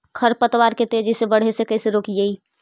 खर पतवार के तेजी से बढ़े से कैसे रोकिअइ?